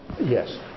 yes